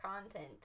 content